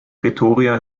pretoria